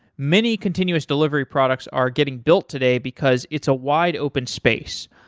many continuous delivery products are getting built today because it's a wide open space,